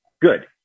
Good